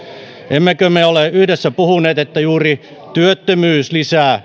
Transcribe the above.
emmekö me ole yhdessä puhuneet että juuri työttömyys lisää